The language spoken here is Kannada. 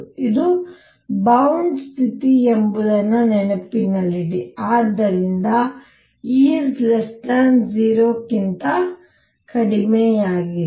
ಇದು ಬೌಂಡ್ ಸ್ಥಿತಿ ಎಂಬುದನ್ನು ನೆನಪಿನಲ್ಲಿಡಿ ಮತ್ತು ಆದ್ದರಿಂದ E 0 ಕ್ಕಿಂತ ಕಡಿಮೆಯಿದೆ